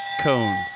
cones